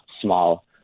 small